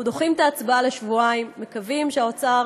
אנחנו דוחים את ההצבעה לשבועיים ומקווים שהאוצר